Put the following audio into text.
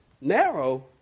Narrow